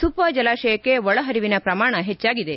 ಸುಪಾ ಜಲಾಶಯಕ್ಕೆ ಒಳಹರಿವಿನ ಪ್ರಮಾಣ ಹೆಚ್ಚಾಗಿದೆ